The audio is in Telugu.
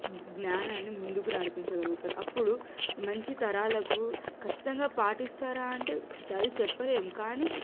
జ్ఞానాన్ని ముందుకు నడిపించగలుగుతారు అప్పుడు మంచితరాలకు ఖచ్చితంగా పాటిస్తారా అంటే అది చెప్పలేం కానీ